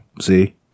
See